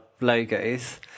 logos